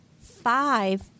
five